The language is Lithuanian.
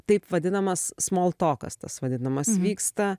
taip vadinamas smol tokas tas vadinamas vyksta